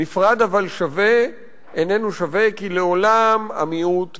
נפרד אבל שווה איננו שווה, כי לעולם המיעוט מקופח,